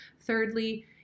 Thirdly